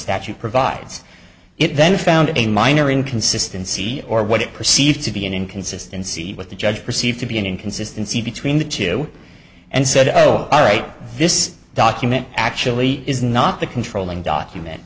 statute provides it then found a minor inconsistency or what it perceived to be an inconsistency with the judge perceived to be an inconsistency between the two and said oh all right this document actually is not the controlling document